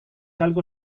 algo